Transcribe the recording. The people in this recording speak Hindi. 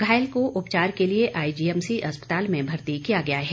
घायल को उपचार के लिए आईजीएमसी अस्पताल में भर्ती किया गया है